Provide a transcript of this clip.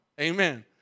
amen